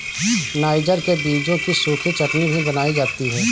niger के बीजों की सूखी चटनी भी बनाई जाती है